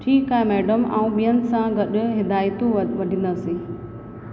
ठीकु आहे मैडम आऊं ॿियनि सां गॾु हिदायतूं वड वॾींदसि